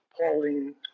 Pauline